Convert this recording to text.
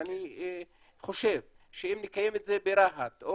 ואני חושב שאם נקיים את זה ברהט או